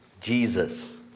Jesus